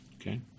Okay